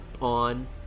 on